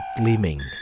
gleaming